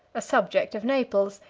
a subject of naples,